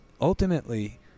ultimately